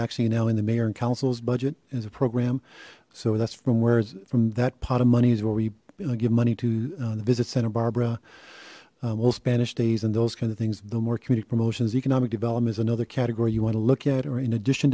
actually now in the mayor and councils budget as a program so that's from where is from that pot of money is where we give money to visit santa barbara all spanish days and those kinds of things the more community promotions economic development is another category you want to look at or in addition